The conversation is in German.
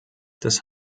das